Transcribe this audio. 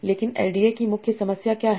लेकिन LDA की मुख्य समस्या क्या है